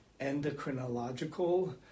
endocrinological